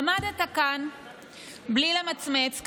עמדת כאן בלי למצמץ,